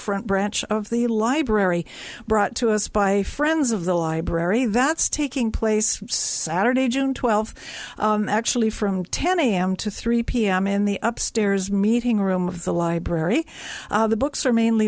front branch of the library brought to us by friends of the library that's taking place saturday june twelfth actually from ten am to three pm in the up stairs meeting room of the library the books are mainly